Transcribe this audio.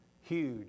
Huge